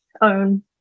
own